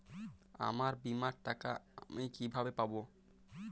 আমার বীমার টাকা আমি কিভাবে পাবো?